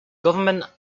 government